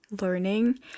learning